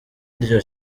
iryo